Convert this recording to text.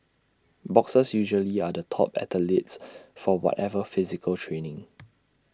boxers usually are the top athletes for whatever physical training